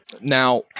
Now